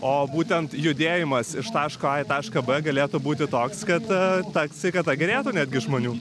o būtent judėjimas iš taško a į tašką b galėtų būti toks kad ta sveikata gerėtų netgi žmonių